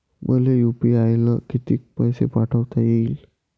मले यू.पी.आय न किती पैसा पाठवता येईन?